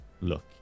look